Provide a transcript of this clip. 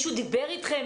מישהו דיבר איתכם?